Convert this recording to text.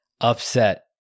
upset